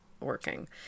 working